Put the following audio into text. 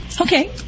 Okay